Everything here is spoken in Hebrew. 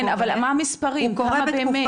כן אבל מה המספרים, כמה באמת?